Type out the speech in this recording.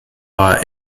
war